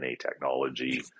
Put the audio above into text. technology